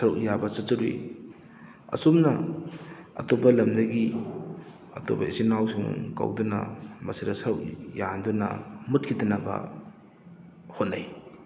ꯁꯔꯨꯛ ꯌꯥꯕ ꯆꯠꯆꯔꯨꯏ ꯑꯁꯨꯝꯅ ꯑꯇꯣꯞꯄ ꯂꯝꯗꯒꯤ ꯑꯇꯣꯞꯄ ꯏꯆꯤꯟ ꯏꯅꯥꯎꯁꯤꯡ ꯀꯧꯗꯨꯅ ꯃꯁꯤꯗ ꯁꯔꯨꯛ ꯌꯥꯍꯟꯗꯨꯅ ꯃꯨꯠꯈꯤꯗꯅꯕ ꯍꯣꯠꯅꯩ